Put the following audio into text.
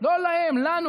לא להם, לנו.